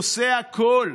עושה הכול,